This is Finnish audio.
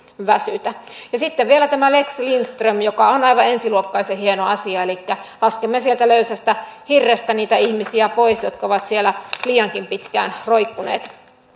väsytä sitten vielä tämä lex lindström joka on aivan ensiluokkaisen hieno asia elikkä laskemme sieltä löysästä hirrestä niitä ihmisiä pois jotka ovat siellä liiankin pitkään roikkuneet